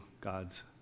God's